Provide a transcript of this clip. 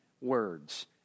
words